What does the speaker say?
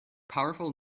powerful